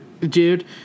dude